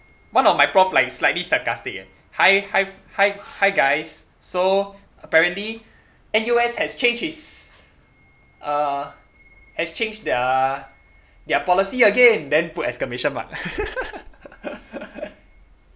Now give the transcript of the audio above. one of my prof like slightly sarcastic eh hi hi hi hi guys so apparently N_U_S has changed its uh has changed their their policy again then put exclamation mark